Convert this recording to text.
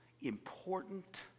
important